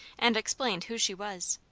and explained who she was.